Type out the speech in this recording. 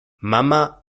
mama